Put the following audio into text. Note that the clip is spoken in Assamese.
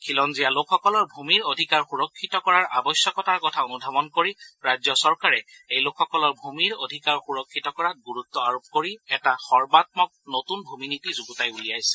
খিলঞ্জীয়া লোকসকলৰ ভূমিৰ অধিকাৰ সুৰক্ষিত কৰাৰ আৱশ্যকতাৰ কথা অনুধাৱন কৰি ৰাজ্য চৰকাৰে এই লোকসকলৰ ভূমিৰ অধিকাৰ সূৰক্ষিত কৰাত গুৰুত্ব আৰোপ কৰি এটা সৰ্বাম্মক নতুন ভূমি নীতি যুগুতাই উলিয়াইছে